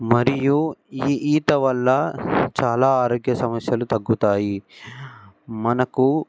మరియు ఈ ఈత వల్ల చాలా ఆరోగ్య సమస్యలు తగ్గుతాయి మనకు